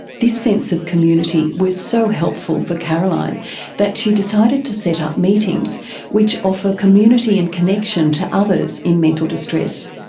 this sense of community was so helpful for caroline that she decided to set up meetings which offer community and connection to others in mental distress.